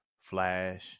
Flash